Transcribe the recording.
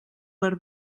per